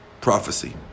prophecy